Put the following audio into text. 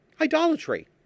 idolatry